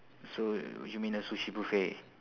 so you mean a sushi buffet